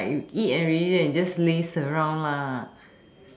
like you eat already then just laze around lah